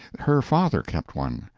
her father kept one,